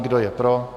Kdo je pro?